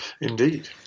Indeed